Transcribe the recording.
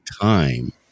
time